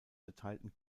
verteilten